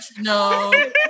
no